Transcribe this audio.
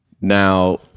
Now